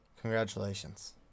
Congratulations